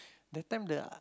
the time the a~